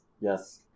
Yes